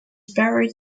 buried